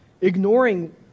ignoring